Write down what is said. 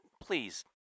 please